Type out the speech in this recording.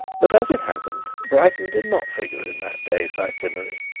but, as it happened, brighton did not figure in that day's itinerary.